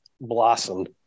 blossomed